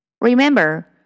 Remember